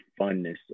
funness